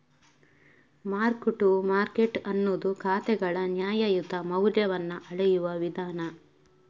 mark to market ಅನ್ನುದು ಖಾತೆಗಳ ನ್ಯಾಯಯುತ ಮೌಲ್ಯವನ್ನ ಅಳೆಯುವ ವಿಧಾನ